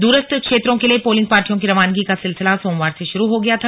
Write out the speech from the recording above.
दूरस्थ क्षेत्रों के लिए पोलिंग पार्टियों की रवानगी का सिलसिला सोमवार से शुरू हो गया था